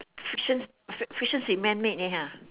fiction's fiction is a man made eh ah